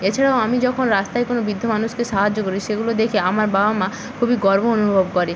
এছাড়াও আমি যখন রাস্তায় কোনো বৃদ্ধ মানুষকে সাহায্য করি সেগুলো দেখে আমার বাবা মা খুবই গর্ব অনুভব করে